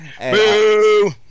Boo